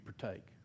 partake